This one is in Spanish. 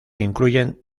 incluyen